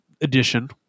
edition